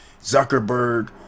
Zuckerberg